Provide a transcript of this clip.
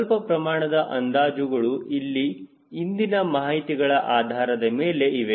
ಸ್ವಲ್ಪ ಪ್ರಮಾಣದ ಅಂದಾಜುಗಳು ಇಲ್ಲಿ ಇಂದಿನ ಮಾಹಿತಿಗಳ ಆಧಾರದ ಮೇಲೆ ಇವೆ